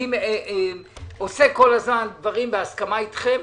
אני עושה כל הזמן דברים בהסכמה אתכם.